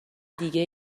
دیگه